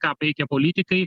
ką peikia politikai